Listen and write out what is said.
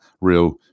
real